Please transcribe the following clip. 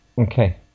Okay